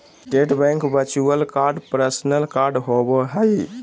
state Bank virtual card personal card होबो हइ